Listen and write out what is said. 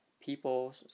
people